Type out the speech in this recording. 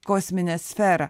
kosminę sferą